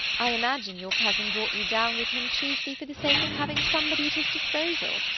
i imagine your cousin brought you down with him chiefly for the sake of having somebody at his disposal.